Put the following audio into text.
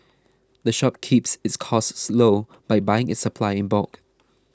the shop keeps its costs low by buying its supplies in bulk